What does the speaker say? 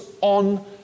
on